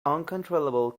uncontrollable